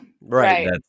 right